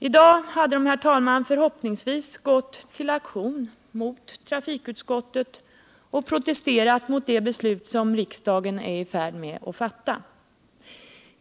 I dag hade de, herr talman, förhoppningsvis gått till aktion mot trafikutskottet och protesterat mot det beslut som riksdagen är i färd med att fatta.